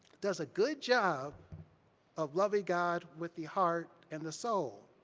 does a good job of loving god with the heart and the soul,